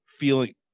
feeling